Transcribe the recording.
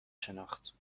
شناخت